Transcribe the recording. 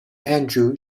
andrew